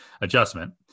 adjustment